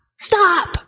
stop